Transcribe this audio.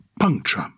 puncture